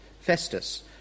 Festus